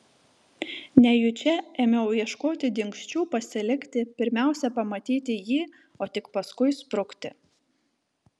nejučia ėmiau ieškoti dingsčių pasilikti pirmiausia pamatyti jį o tik paskui sprukti